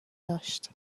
داشت